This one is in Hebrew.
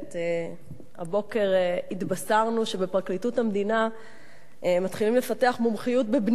הבוקר התבשרנו שבפרקליטות המדינה מתחילים לפתח מומחיות בבנייה,